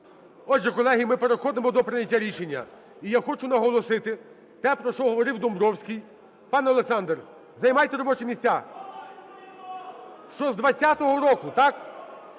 Отже, колеги, ми переходимо до прийняття рішення. І я хочу наголосити те, про що говорив Домбровський. Пане Олександр, займайте робочі місця. Що з 20-го року, так?